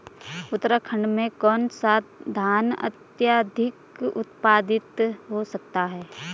उत्तराखंड में कौन सा धान अत्याधिक उत्पादित हो सकता है?